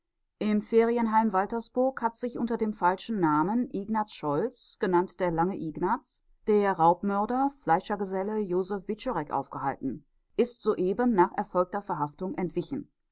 im ferienheim waltersburg hat sich unter dem falschen namen ignaz scholz genannt der lange ignaz der raubmörder fleischergeselle josef wiczorek aufgehalten ist soeben nach erfolgter verhaftung entwichen